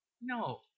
No